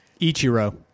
Ichiro